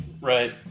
Right